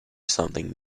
something